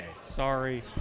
Sorry